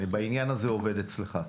אני בעניין הזה עובד אצלך.